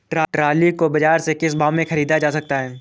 Trolley को बाजार से किस भाव में ख़रीदा जा सकता है?